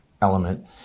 element